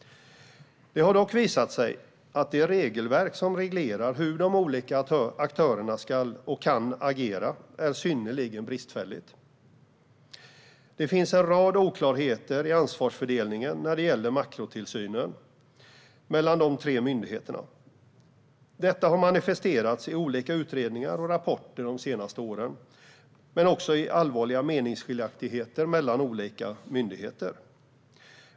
Det har dock visat sig att det regelverk som reglerar hur de olika aktörerna ska och kan agera är synnerligen bristfälligt. Det finns en rad oklarheter i ansvarsfördelningen mellan de tre myndigheterna när det gäller makrotillsynen. Detta har manifesterats i olika utredningar och rapporter de senaste åren, men också i allvarliga meningsskiljaktigheter mellan olika myndigheter.